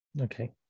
okay